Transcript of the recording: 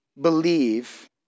believe